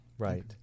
Right